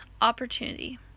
opportunity